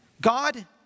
God